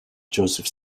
joseph